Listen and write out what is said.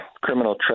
criminal